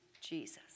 Jesus